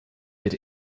bit